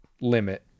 limit